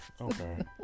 Okay